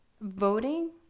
voting